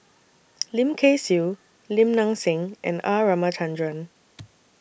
Lim Kay Siu Lim Nang Seng and R Ramachandran